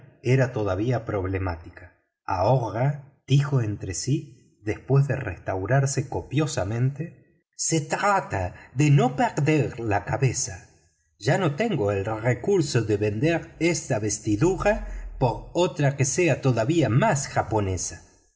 era todavía problemática ahora dijo entre sí después de restaurarse copiosamente se trata de no perder la cabeza ya no tengo el recurso de vender esta vestidura por otra parte que sea todavía más japonesa